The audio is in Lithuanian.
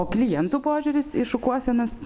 o klientų požiūris į šukuosenas